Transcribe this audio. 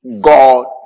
God